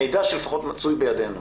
המידע שלפחות מצוי בידינו,